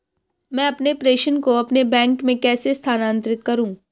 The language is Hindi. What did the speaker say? मैं अपने प्रेषण को अपने बैंक में कैसे स्थानांतरित करूँ?